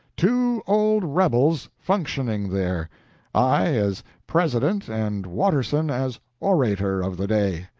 two old rebels functioning there i as president and watterson as orator of the day.